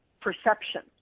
perception